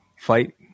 fight